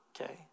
Okay